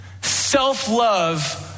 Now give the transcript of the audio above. self-love